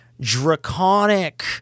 draconic